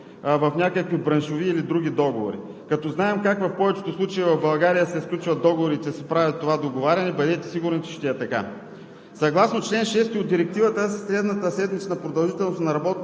в някакви браншови или други договори. Като знаем как в повечето случаи в България се сключват договорите и се прави това договаряне, бъдете сигурни, че ще е така. Съгласно чл. 6 от Директивата средната седмична продължителност на работното